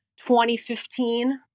2015